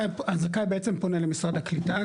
הזכאי בעצם פונה למשרד הקליטה,